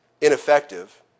ineffective